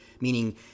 Meaning